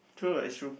true lah is true